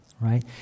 right